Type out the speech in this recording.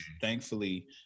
thankfully